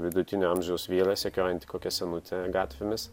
vidutinio amžiaus vyrą sekiojantį kokią senutę gatvėmis